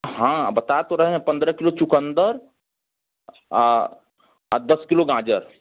हाँ बता तो रहे हैं पंद्रह किलो चुकन्दर अ दस किलो गाजर